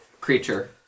creature